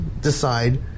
decide